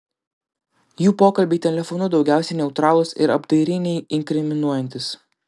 jų pokalbiai telefonu daugiausiai neutralūs ir apdairiai neinkriminuojantys